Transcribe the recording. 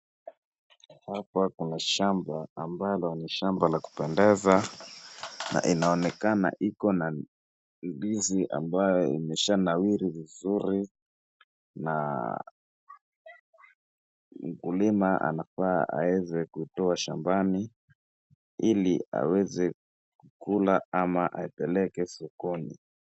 Hapa kuna shamba ambalo ni shamba la kupendeza na inaonekana iko na ndizi ambayo imeshanawiri vizuri ,na mkulima anafaa aeze kutoa shambani ili aweze kukula ama apeleke sokoni.